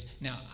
Now